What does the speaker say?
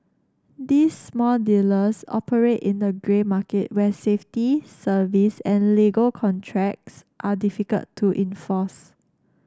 these small dealers operate in the grey market where safety service and legal contracts are difficult to enforce